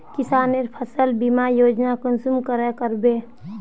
किसान फसल बीमा योजना कुंसम करे करबे?